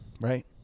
right